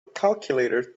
calculator